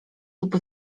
lub